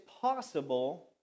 possible